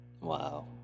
Wow